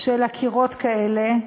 של עקירות כאלה,